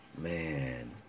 man